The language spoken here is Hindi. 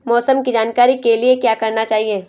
मौसम की जानकारी के लिए क्या करना चाहिए?